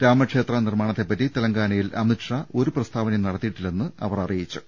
രാമക്ഷേത്ര നിർമ്മാണ ത്തെപ്പറ്റി തെലങ്കാനയിൽ അമിത്ഷാ ഒരു പ്രസ്താവനയും നടത്തിയിട്ടില്ലെന്ന് അവർ അറിയിച്ചു